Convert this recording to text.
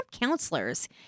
counselors